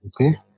Okay